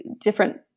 different